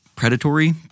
predatory